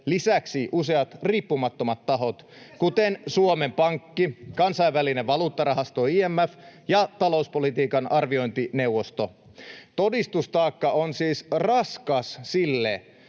Mites se osinkovero?] kuten Suomen Pankki, Kansainvälinen valuuttarahasto IMF ja talouspolitiikan arviointineuvosto. Todistustaakka on siis raskas sille,